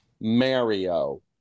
Mario